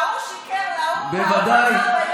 ההוא שיקר להוא, ההוא אמר ליו"ר הכנסת, באמת.